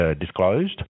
disclosed